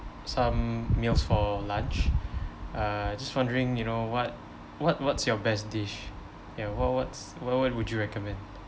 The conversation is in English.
some meals for lunch uh just wondering you know what what what's your best dish you know what what's what what would you recommend